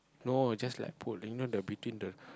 no just like put you know the between the